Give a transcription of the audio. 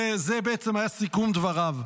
זה בעצם היה סיכום דבריו.